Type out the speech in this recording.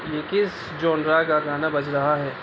یہ کس جونرا کا گانا بج رہا ہے